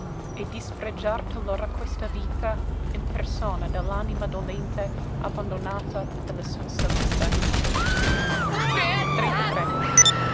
e dispregiar talora questa vita in persona de l'anima dolente abbandonata de la sua salute